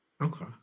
Okay